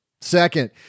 Second